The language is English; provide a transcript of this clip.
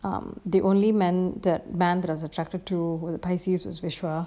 um the only men that amanda was attracted to was pisces was for sure